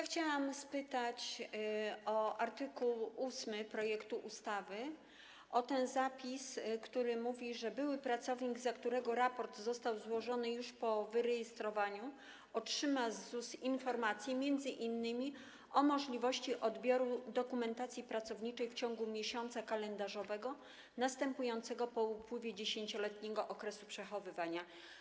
Chciałabym spytać o art. 8 projektu ustawy, o ten zapis, który mówi, że były pracownik za którego raport został złożony już po wyrejestrowaniu, otrzyma z ZUS informację m.in. o możliwości odbioru dokumentacji pracowniczej w ciągu miesiąca kalendarzowego następującego po upływie 10-letniego okresu przechowywania.